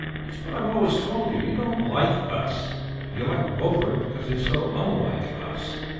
it's what i've always told you you don't like us. and you like beaufort because he's so unlike us.